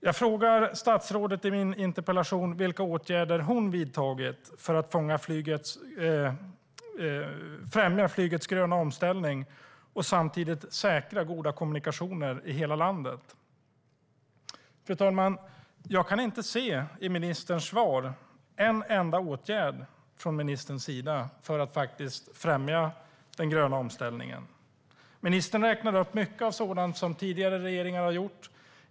I min interpellation frågar jag statsrådet vilka åtgärder hon vidtagit för att främja flygets gröna omställning och samtidigt säkra goda kommunikationer i hela landet. Jag kan i ministerns svar, fru talman, inte se en enda åtgärd från ministern för att faktiskt främja den gröna omställningen. Ministern räknade upp mycket av sådant som tidigare regeringar har gjort.